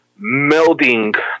melding